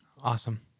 Awesome